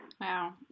Wow